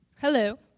Hello